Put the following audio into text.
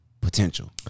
potential